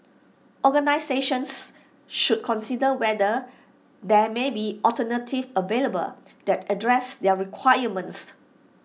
organisations should consider whether there may be alternatives available that address their requirements